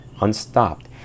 unstopped